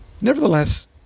Nevertheless